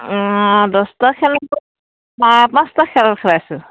অঁ দহটা খেল পাঁচটা খেল খেলাইছোঁ